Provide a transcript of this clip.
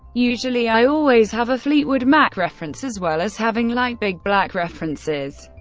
usually i always have a fleetwood mac reference as well as having, like, big black references.